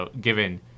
Given